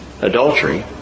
adultery